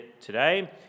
today